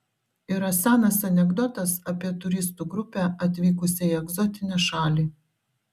yra senas anekdotas apie turistų grupę atvykusią į egzotinę šalį